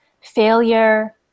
failure